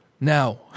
Now